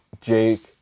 Jake